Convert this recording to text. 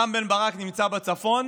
רם בן ברק נמצא בצפון,